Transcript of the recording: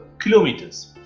kilometers